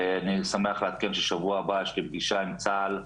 אני שמח לעדכן שבשבוע הבא יש לי פגישה עם צה"ל,